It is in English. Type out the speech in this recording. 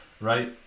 Right